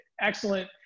excellent